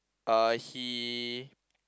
uh he